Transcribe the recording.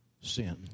sin